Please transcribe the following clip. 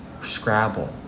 Scrabble